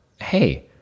hey